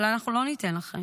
אבל אנחנו לא ניתן לכם,